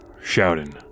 shouting